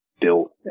built